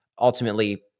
ultimately